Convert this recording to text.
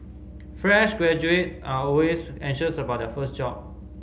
fresh graduate are always anxious about their first job